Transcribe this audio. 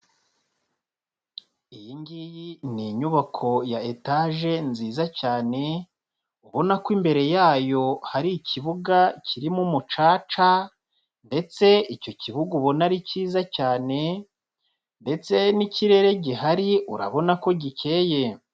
Iyi ngiyi ni inyubako ya etaje nziza cyane, ubona ko imbere yayo hari ikibuga kirimo umucaca ndetse icyo kibuga ubona ari cyiza cyane, ndetse n'ikirere gihari urabona ko gikeye.